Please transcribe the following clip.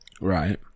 Right